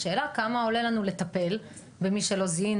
השאלה כמה עולה לנו לטפל במי שלא זיהינו,